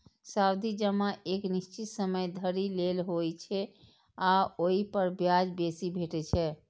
सावधि जमा एक निश्चित समय धरि लेल होइ छै आ ओइ पर ब्याज बेसी भेटै छै